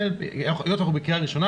היות שאנחנו בקריאה ראשונה,